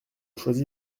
choisi